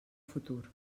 futur